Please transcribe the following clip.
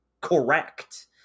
correct